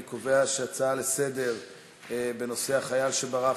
אני קובע שההצעה לסדר-היום בנושא: החייל שברח,